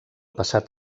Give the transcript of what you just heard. passat